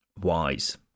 Wise